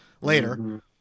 later